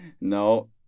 no